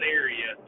area